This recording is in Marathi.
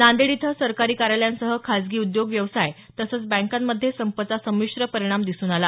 नांदेड इथ सरकारी कार्यालयांसह खाजगी उद्योग व्यवसाय तसंच बँकांमध्ये संपाचा संमिश्र परिणाम दिसून आला